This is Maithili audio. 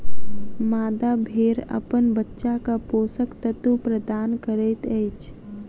मादा भेड़ अपन बच्चाक पोषक तत्व प्रदान करैत अछि